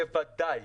בוודאי.